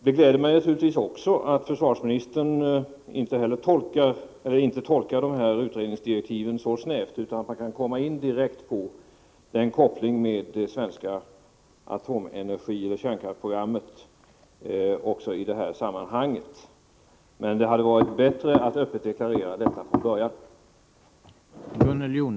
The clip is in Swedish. Det gläder mig naturligtvis också att försvarsministern inte tolkar utredningsdirektiven så snävt utan tycker att man direkt kan komma in på kopplingen med det svenska kärnkraftsprogrammet även i detta sammanhang. Men det hade varit bättre att öppet deklarera detta från början.